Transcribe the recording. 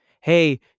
Hey